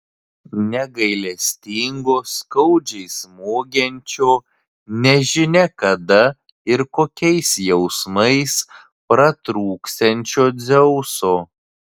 negailestingo skaudžiai smogiančio nežinia kada ir kokiais jausmais pratrūksiančio dzeuso